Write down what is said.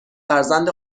فرزند